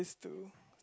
to